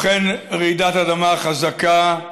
ובכן, רעידת אדמה חזקה,